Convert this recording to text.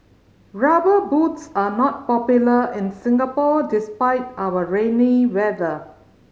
Rubber Boots are not popular in Singapore despite our rainy weather